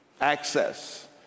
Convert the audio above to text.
access